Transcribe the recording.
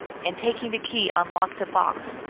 and taking a key unlocked a box,